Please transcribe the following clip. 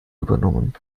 übernommen